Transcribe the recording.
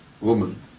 woman